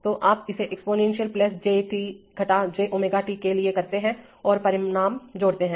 तोआप इसे exponential j t घटा j ω t के लिए करते हैं और परिणाम जोड़ते हैं